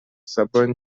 саба